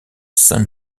saint